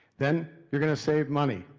then, you're gonna save money.